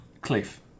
Cliff